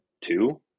Two